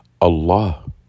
Allah